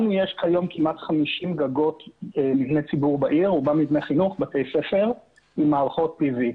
לנו יש היום כ-50 גגות של מבני ציבור בעיר שרובם בתי ספר עם מערכות PV,